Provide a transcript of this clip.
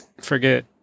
forget